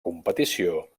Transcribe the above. competició